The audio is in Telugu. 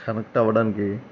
కనెక్ట్ అవ్వడానికి